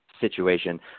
situation